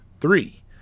three